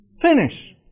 Finish